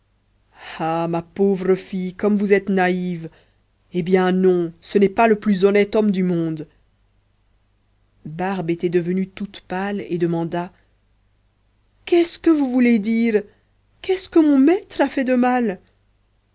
ah ma pauvre fille comme vous êtes naïve eh bien non ce n'est pas le plus honnête homme du monde barbe était devenue toute pâle et demanda qu'est-ce que vous voulez dire qu'est-ce que mon maître a fait de mal